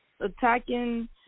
attacking